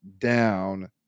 down